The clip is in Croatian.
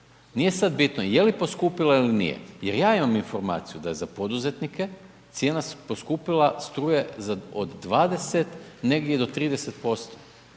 Nije sad bitno je li poskupila ili nije jer ja imam informaciju da za poduzetnike, cijena je poskupila struje za od 20, negdje do 30%.